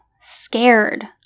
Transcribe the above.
scared